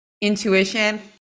Intuition